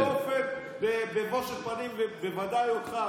סילק אתכם בבושת פנים, בוודאי אותך.